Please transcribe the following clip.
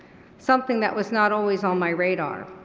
something that was not always on my radar.